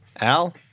Al